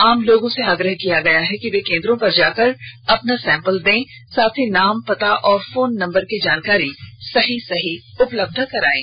आम लोगों से आग्रह किया गया है कि वे केंद्रों पर जाकर अपना सैंपल दें साथ ही अपना नाम पता और फोन नंबर की जानकारी सही सही उपलब्ध कराएं